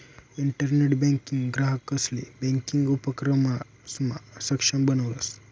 internet banking ग्राहकंसले banking उपक्रमसमा सक्षम बनावस